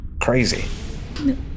Crazy